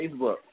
Facebook